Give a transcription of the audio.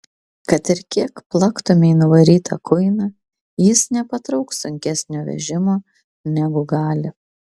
kad ir kiek plaktumei nuvarytą kuiną jis nepatrauks sunkesnio vežimo negu gali